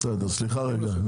סליחה רגע.